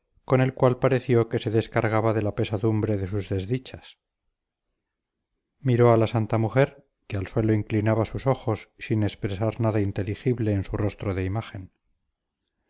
con el cual pareció que se descargaba de la pesadumbre de sus desdichas miró a la santa mujer que al suelo inclinaba sus ojos sin expresar nada inteligible en su rostro de imagen